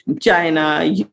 China